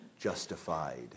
justified